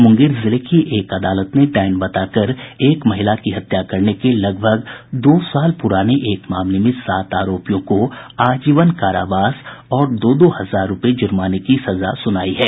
मुंगेर जिले की एक अदालत ने डायन बताकर एक महिला की हत्या करने के लगभग दो साल पुराने एक मामले में सात आरोपियों को आजीवन कारावास और दो दो हजार रूपये जुर्माने की सजा सुनायी है